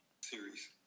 series